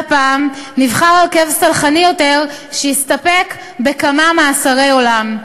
והפעם נבחר הרכב סלחני יותר שהסתפק בכמה מאסרי עולם.